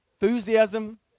enthusiasm